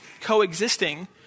coexisting